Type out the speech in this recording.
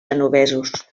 genovesos